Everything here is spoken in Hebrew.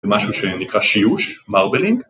ומשהו שנקרא שיוש, מרבלינג